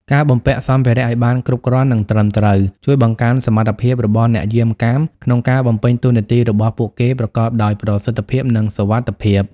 ការបំពាក់សម្ភារៈឲ្យបានគ្រប់គ្រាន់ និងត្រឹមត្រូវ ជួយបង្កើនសមត្ថភាពរបស់អ្នកយាមកាមក្នុងការបំពេញតួនាទីរបស់ពួកគេប្រកបដោយប្រសិទ្ធភាព និងសុវត្ថិភាព។